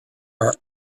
are